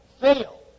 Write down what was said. fail